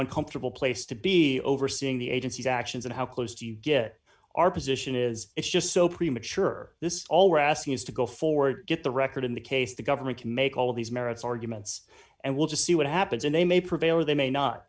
uncomfortable place to be overseeing the agency's actions and how close do you get our position is it's just so premature this all we're asking is to go forward get the record in the case the government can make all these merits arguments and we'll just see what happens and they may prevail or they may not